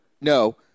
No